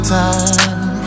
time